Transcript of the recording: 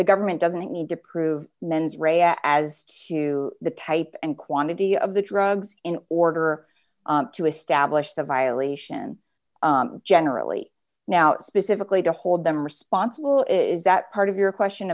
the government doesn't need to prove mens rea as to the type and quantity of the drugs in order to establish the violation generally now specifically to hold them responsible is that part of your question